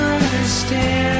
understand